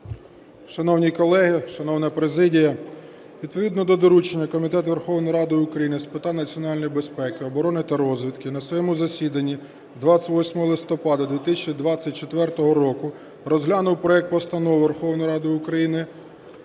Шановні колеги, шановна президія, відповідно до доручення Комітет Верховної Ради України з питань національної безпеки, оборони та розвідки на своєму засіданні 28 листопада 2024 року розглянув проект Постанови Верховної Ради України